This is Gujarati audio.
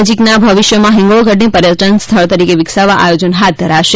નજીકના ભવિષ્યમાં હિંગોળગઢને પર્યટન સ્થળ તરીકે વિકસાવા આયોજન હાથ ધરાશે